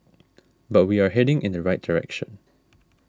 but we are heading in the right direction